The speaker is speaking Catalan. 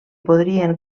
podrien